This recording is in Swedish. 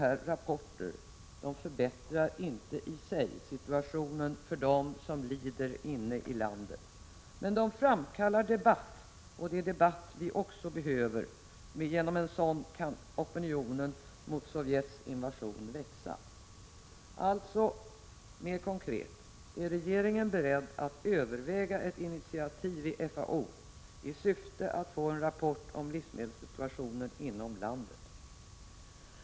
Sådana rapporter förbättrar naturligtvis inte i sig situationen för dem som lider inne i landet, men de framkallar debatt och det behövs. Det är så opinionen mot Sovjets invasion kan växa. Alltså, mer konkret, är regeringen beredd att överväga ett initiativ i FAO i syfte att få en rapport om livsmedelssituationen inom landet?